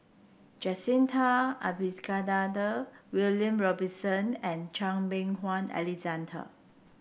Jacintha Abisheganaden William Robinson and Chan Meng Wah Alexander